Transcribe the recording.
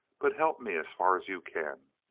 but help me as far as you can.